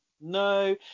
No